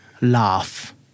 laugh